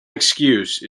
excuse